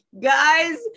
guys